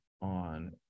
on